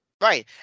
Right